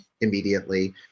immediately